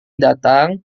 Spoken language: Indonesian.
datang